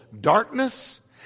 darkness